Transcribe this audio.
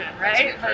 right